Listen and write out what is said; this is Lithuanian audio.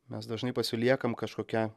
mes dažnai pasiliekam kažkokią